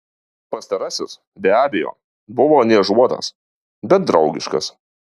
pastarasis be abejo buvo niežuotas bet draugiškas